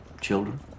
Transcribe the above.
Children